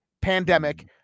pandemic